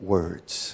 Words